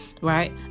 right